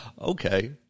Okay